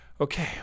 okay